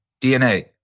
DNA